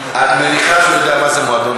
את מניחה שהוא יודע מה זה מועדון